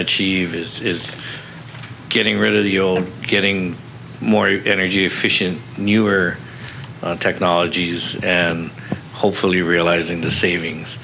achieve is getting rid of the old and getting more energy efficient newer technologies and hopefully realizing savings